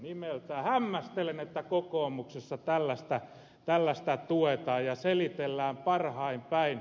hämmästelen että kokoomuksessa tällaista tuetaan ja selitellään parhain päin